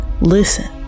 Listen